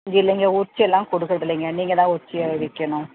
இல்லைங்க உரிச்சுலாம் கொடுக்குறது இல்லைங்க நீங்கள் தான் உரித்து அதை விற்கணும்